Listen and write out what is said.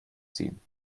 ziehen